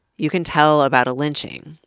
you can tell about a lynching,